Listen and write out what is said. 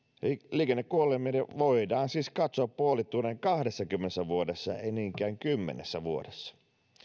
liikennekuolemien voidaan siis katsoa puolittuneen kahdessakymmenessä vuodessa ei niinkään kymmenessä vuodessa